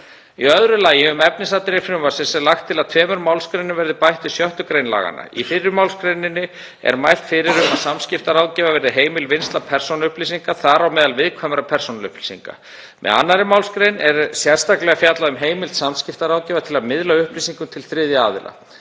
Í öðru lagi, um efnisatriði frumvarpsins, er lagt til að tveimur málsgreinum verði bætt við 6. gr. laganna. Í fyrri málsgreininni er mælt fyrir um að samskiptaráðgjafa verði heimil vinnsla persónuupplýsinga, þar á meðal viðkvæmra persónuupplýsinga. Í 2. mgr. er sérstaklega fjallað um heimild samskiptaráðgjafa til að miðla upplýsingum til þriðja aðila.